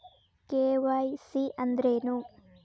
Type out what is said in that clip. KYC ಅಂದ್ರೇನು?